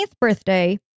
birthday